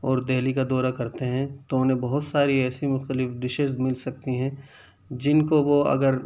اور دہلی کا دورہ کرتے ہیں تو انہیں بہت ساری ایسی مختلف ڈشیز مل سکتی ہیں جن کو وہ اگر